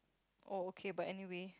oh okay but anyway